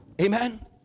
Amen